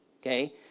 Okay